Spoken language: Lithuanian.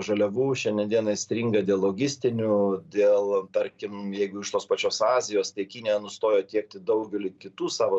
žaliavų šiandien dienai stringa dėl logistinių dėl tarkim jeigu iš tos pačios azijos tai kinija nustojo tiekti daugeliui kitų savo